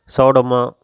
Chowdamma